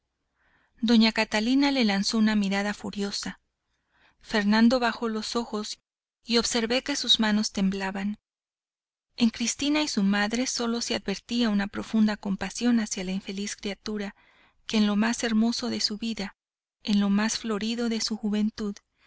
doña catalina le lanzó una mirada furiosa fernando bajó los ojos y observé que sus manos temblaban en cristina y su madre sólo se advertía una profunda compasión hacia la infeliz criatura que en lo más hermoso de su vida en lo más florido de su juventud